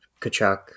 Kachuk